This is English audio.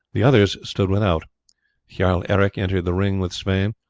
the others stood without jarl eric entered the ring with sweyn,